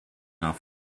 off